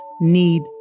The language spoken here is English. need